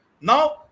Now